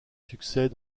succès